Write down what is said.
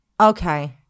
okay